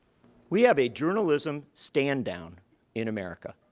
we have a journalism stand-down in america.